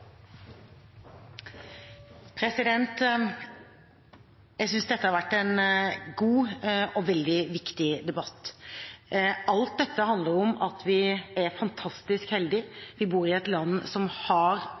Jeg synes dette har vært en god og veldig viktig debatt. Alt dette handler om at vi er fantastisk heldige. Vi bor i et land som har